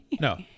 No